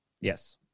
Yes